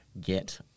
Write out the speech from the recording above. get